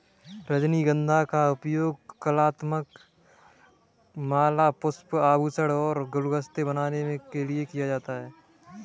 रजनीगंधा का उपयोग कलात्मक माला, पुष्प, आभूषण और गुलदस्ते बनाने के लिए किया जाता है